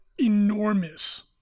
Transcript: enormous